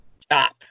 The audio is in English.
stop